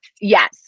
yes